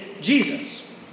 Jesus